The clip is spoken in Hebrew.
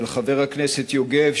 של חבר הכנסת יוגב,